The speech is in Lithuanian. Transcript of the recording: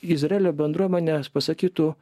izraelio bendruomenės pasakytų